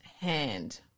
hand